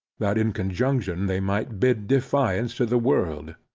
that in conjunction they might bid defiance to the world.